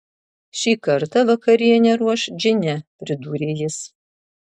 šį kartą vakarienę ruoš džine pridūrė jis